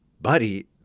buddy